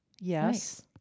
Yes